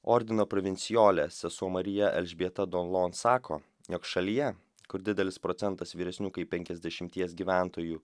ordino provincijolės sesuo marija elžbieta dolon sako jog šalyje kur didelis procentas vyresnių kaip penkiasdešimties gyventojų